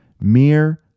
mere